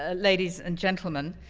ah ladies and gentleman,